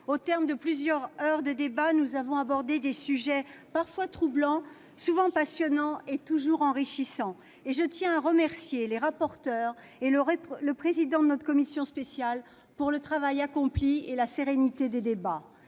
Au terme de plusieurs heures de débat, nous avons abordé des sujets parfois troublants, souvent passionnants, toujours enrichissants. Je tiens à remercier les rapporteurs et le président de notre commission spéciale pour le travail accompli et la sérénité des débats.